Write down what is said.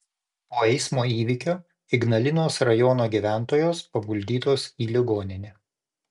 po eismo įvykio ignalinos rajono gyventojos paguldytos į ligoninę